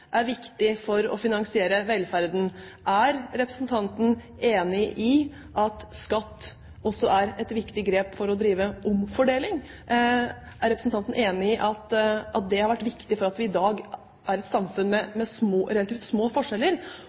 for å finansiere velferden? Er representanten enig i at skatt også er et viktig grep for å drive omfordeling? Er representanten enig i at det har vært viktig for at vi i dag er et samfunn med relativt små forskjeller?